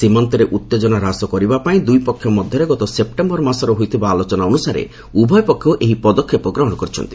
ସୀମାନ୍ତରେ ଉତ୍ତେଜନା ହ୍ରାସ କରିବା ପାଇଁ ଦୁଇପକ୍ଷ ମଧ୍ୟରେ ଗତ ସେପ୍ଟେମ୍ଭର ମାସରେ ହୋଇଥିବା ଆଲୋଚନା ଅନୁସାରେ ଉଭୟପକ୍ଷ ଏହି ପଦକ୍ଷେପ ଗ୍ରହଣ କରିଛନ୍ତି